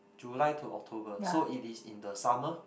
July to October so it is in the summer